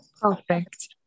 Perfect